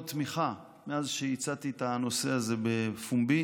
תמיכה מאז שהצעתי את הנושא הזה בפומבי